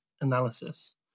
analysis